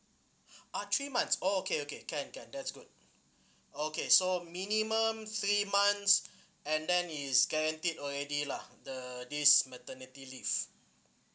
ah three months oh okay okay can can that's good okay so minimum three months and then it's guaranteed already lah the this maternity leave